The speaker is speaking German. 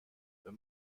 wenn